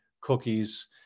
cookies